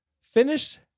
finish